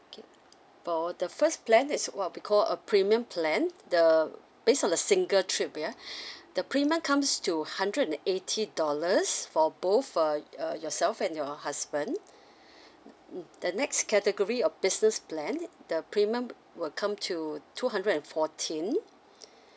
okay for the first plan is what we call a premium plan the based on the single trip ya the premium comes to hundred and eighty dollars for both uh uh yourself and your husband the next category of business plan the premium were come to two hundred and fourteen